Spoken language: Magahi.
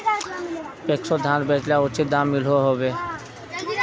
पैक्सोत धानेर बेचले उचित दाम मिलोहो होबे?